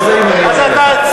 הם לא זהים, אני אומר לך.